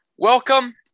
Welcome